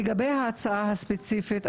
לגבי ההצעה הספציפית,